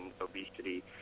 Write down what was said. obesity